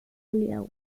اليوم